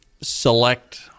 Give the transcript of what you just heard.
select